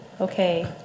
Okay